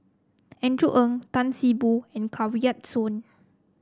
Andrew Ang Tan See Boo and Kanwaljit Soin